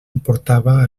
importava